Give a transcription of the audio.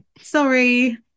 sorry